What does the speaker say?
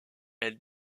elle